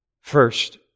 First